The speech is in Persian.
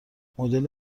مدل